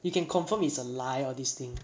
you can confirm it's a lie all this thing